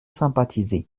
sympathisé